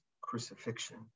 crucifixion